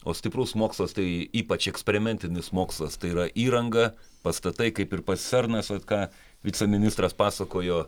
o stiprus mokslas tai ypač eksperimentinis mokslas tai yra įranga pastatai kaip ir pats cernas vat ką viceministras pasakojo